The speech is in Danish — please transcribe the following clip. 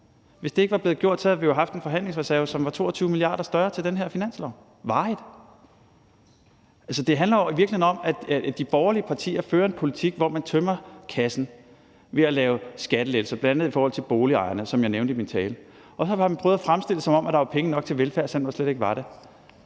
Hvis det ikke var blevet gjort, havde vi jo haft en forhandlingsreserve, som var 22 mia. kr. større, til den her finanslov – varigt. Altså, det handler i virkeligheden om, at de borgerlige partier fører en politik, hvor man tømmer kassen ved at lave skattelettelser bl.a. til boligejerne, som jeg nævnte i min tale, og så har man prøvet at fremstille det, som om der var penge nok til velfærd, selv om der slet ikke var det.